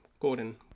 Gordon